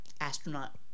Astronaut